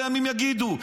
וימים יגידו.